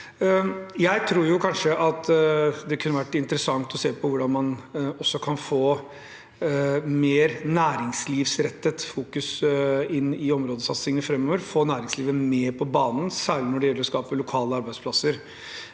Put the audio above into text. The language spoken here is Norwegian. Jeg tror kanskje det kunne vært interessant å se på hvordan man også kan få mer næringslivsrettet fokus inn i områdesatsingene framover, få næringslivet mer på banen, særlig når det gjelder å skape lokale arbeidsplasser.